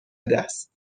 دست